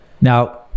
Now